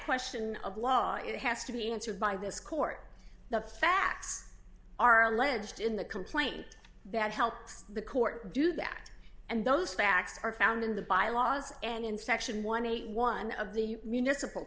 question of law it has to be answered by this court the facts are alleged in the complaint that helps the court do that and those facts are found in the bylaws and in section one hundred and one of the municipal